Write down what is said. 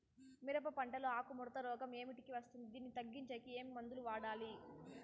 మిరప పంట లో ఆకు ముడత రోగం ఏమిటికి వస్తుంది, దీన్ని తగ్గించేకి ఏమి మందులు వాడాలి?